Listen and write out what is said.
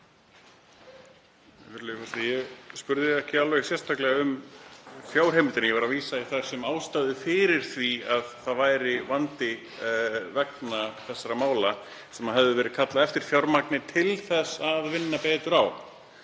Ég spurði ekki sérstaklega um fjárheimildir heldur var að vísa í þær sem ástæðu fyrir því að uppi væri vandi vegna þessara mála sem hefði verið kallað eftir fjármagni í til þess að vinna betur á.